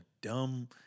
dumb